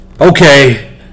Okay